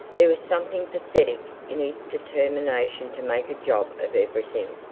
there was something pathetic in his determination to make a job of everything.